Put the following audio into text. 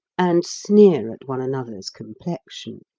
and sneer at one another's complexion.